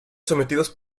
sometidos